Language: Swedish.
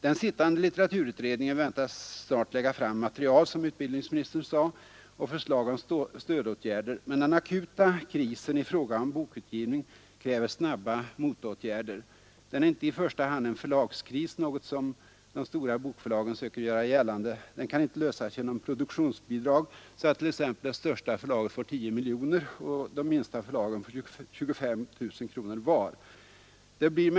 Den sittande litteraturutredningen väntas som utbildningsministern sade snart lägga fram material och förslag om stödåtgärder. Men den akuta krisen i fråga om bokutgivning kräver snabba motåtgärder. Den är inte i första hand en förlagskris, något som de stora bokförlagen söker göra gällande. Den kan inte lösas genom produktionsbidrag, så att t.ex. det största förlaget får 10 miljoner kronor och de minsta förlagen får Nr 116 Tisdagen den 16 972 «arbeten.